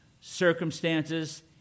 circumstances